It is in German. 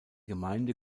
gemeinde